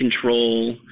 control